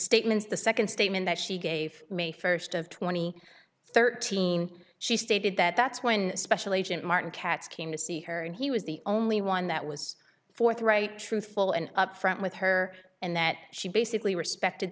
statements the second statement that she gave may first of twenty thirteen she stated that that's when special agent martin katz came to see her and he was the only one that was forthright truthful and upfront with her and that she basically respected